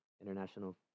International